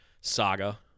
saga